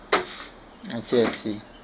I see I see